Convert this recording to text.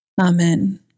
Amen